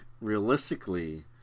realistically